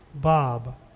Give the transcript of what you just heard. Bob